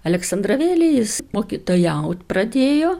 aleksandravėlėj jis mokytojaut pradėjo